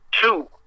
two